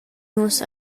nus